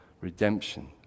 redemption